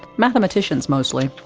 mathematicians mostly,